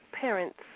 parents